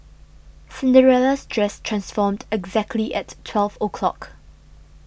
Cinderella's dress transformed exactly at twelve o'clock